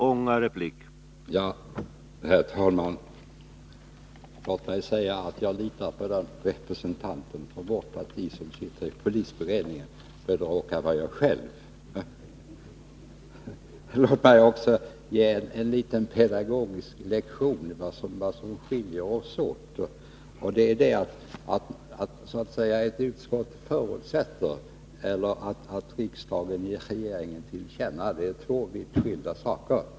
Herr talman! Låt mig säga att jag litar på den representant för vårt parti som sitter i polisberedningen, för det råkar vara jag själv. Låt mig också ge en liten pedagogisk lektion i vad som skiljer oss åt. Att ett utskott föreslår någonting och att riksdagen ger regeringen någonting till känna är två helt skilda saker.